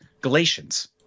Galatians